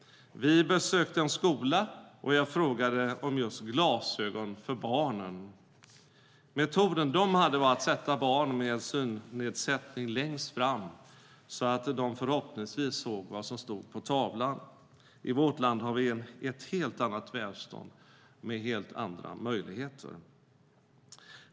Vi besökte en skola och jag frågade om just glasögon för barnen. Metoden de hade var att sätta barnen med synnedsättning längst fram så att de förhoppningsvis såg vad som stod på tavlan. I vårt land har vi ett helt annat välstånd med andra möjligheter.